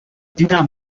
دیدم